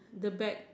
the bag